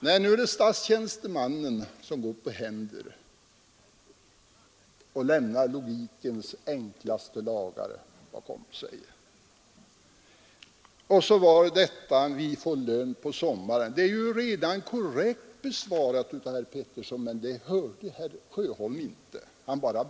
Nu är det statstjänstemannen, herr Sjöholm, som går på händer och lämnar logikens enkla lagar bakom sig. Och så påpekas att vi får lön på sommaren. Den frågan är redan korrekt besvarad av herr Pettersson i Örebro, men det hörde inte herr Sjöholm.